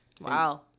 Wow